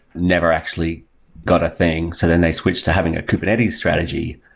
never actually got a thing, so then they switched to having a kubernetes strategy.